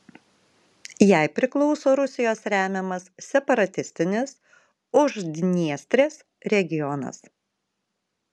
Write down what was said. jai priklauso rusijos remiamas separatistinis uždniestrės regionas